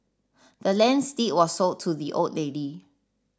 the land's deed was sold to the old lady